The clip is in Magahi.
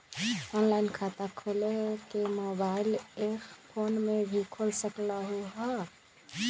ऑनलाइन खाता खोले के मोबाइल ऐप फोन में भी खोल सकलहु ह?